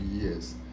years